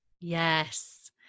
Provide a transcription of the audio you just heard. Yes